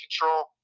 control